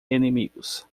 inimigos